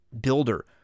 Builder